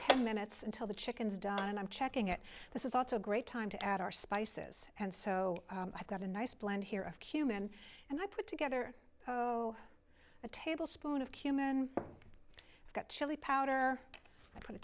ten minutes until the chickens don and i'm checking it this is also a great time to add our spices and so i've got a nice blend here of cumin and i put together a tablespoon of cumin got chili powder i put a